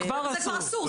זה כבר אסור.